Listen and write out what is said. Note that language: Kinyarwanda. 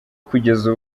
kugeza